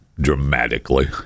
dramatically